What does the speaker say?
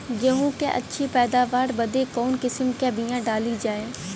गेहूँ क अच्छी पैदावार बदे कवन किसीम क बिया डाली जाये?